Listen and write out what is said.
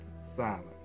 silent